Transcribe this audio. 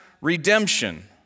redemption